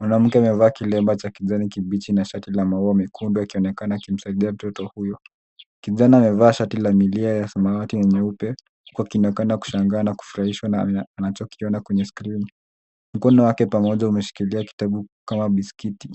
Mwanamke amevaa kilemba cha kijani kibichi na shati la maua mekundu akionekana akimsaidia mtoto huyu. Kijana amevaa shati la milia ya samawati na nyeupe huku akioneka kushangaa na kufurahishwa na anachokiona kwenye skrini. Mkono wake pamoja umeshikilia kitabu kama biskiti.